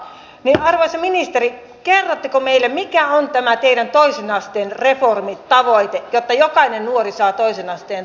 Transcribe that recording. arvoisa ministeri kerrotteko meille mikä on tämän teidän toisen asteen reformin tavoitteenne jotta jokainen nuori saa toisen asteen tutkinnon